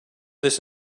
this